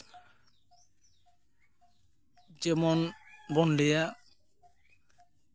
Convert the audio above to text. ᱡᱮᱢᱚᱱ ᱵᱚᱱ ᱞᱟᱹᱭᱟ